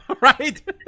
right